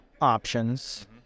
options